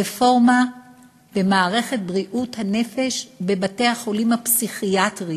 רפורמה במערכת בריאות הנפש בבתי-החולים הפסיכיאטריים,